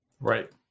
right